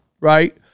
right